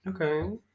Okay